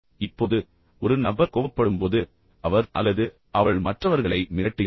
இப்போது ஒரு நபர் கோபப்படும்போது அவர் அல்லது அவள் மற்றவர்களை மிரட்டுகிறார்கள்